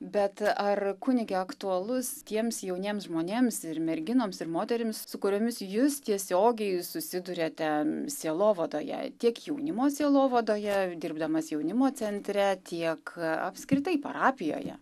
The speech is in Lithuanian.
bet ar kunige aktualus tiems jauniems žmonėms ir merginoms ir moterims su kuriomis jūs tiesiogiai susiduriate sielovadoje tiek jaunimo sielovadoje dirbdamas jaunimo centre tiek apskritai parapijoje